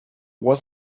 was